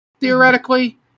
theoretically